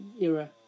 era